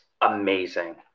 amazing